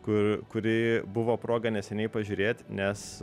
kur kurį buvo proga neseniai pažiūrėt nes